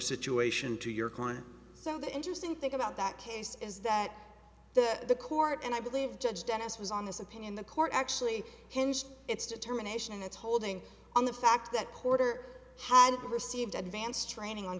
situation to your corner so the interesting thing about that case is that the court and i believe judge dennis was on this opinion the court actually hinged its determination in its holding on the fact that quarter had received advanced training on